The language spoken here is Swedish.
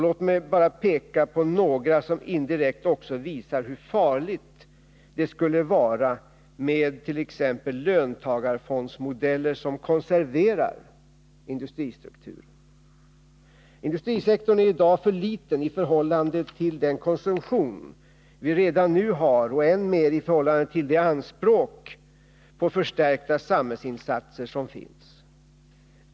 Låt mig bara peka på några som indirekt också visar hur farligt det skulle vara med t.ex. löntagarfondsmodeller som konserverar industristrukturen. Industrisektorn är i dag för liten i förhållande till den konsumtion som vi redan nu har och, än mer, i förhållande till de anspråk på förstärkta samhällsinsatser som finns.